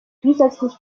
zusätzlich